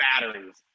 batteries